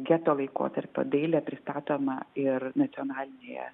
geto laikotarpio dailė pristatoma ir nacionalinėje